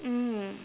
mm